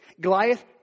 Goliath